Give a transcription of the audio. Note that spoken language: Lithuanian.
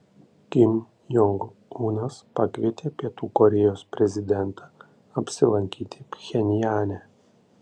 kim jong unas pakvietė pietų korėjos prezidentą apsilankyti pchenjane